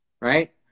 right